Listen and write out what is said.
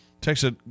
Texas